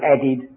added